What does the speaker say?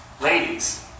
ladies